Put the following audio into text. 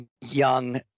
young